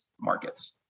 markets